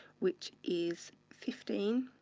which is fifteen,